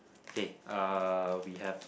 okay uh we have